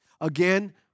Again